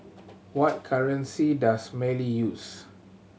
what currency does Mali use